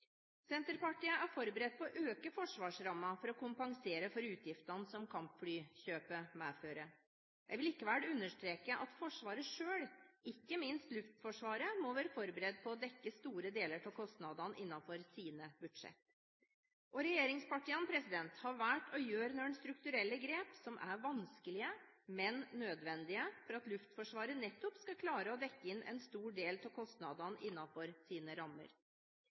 Senterpartiet er forberedt på å øke forsvarsrammen for å kompensere for utgiftene som kampflykjøpet medfører. Jeg vil likevel understreke at Forsvaret selv, ikke minst Luftforsvaret, må være forberedt på å dekke store deler av kostnadene innenfor sine budsjetter. Regjeringspartiene har valgt å gjøre noen strukturelle grep som er vanskelige, men nødvendige, for at Luftforsvaret nettopp skal klare å dekke inn en stor del av kostnadene innenfor sine rammer.